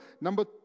Number